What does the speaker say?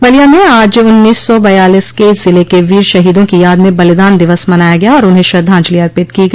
बलिया में आज उन्नीस सौ बयालीस के जिले के वीर शहीदों की याद में बलिदान दिवस मनाया गया और उन्हें श्रद्वाजंलि अर्पित की गई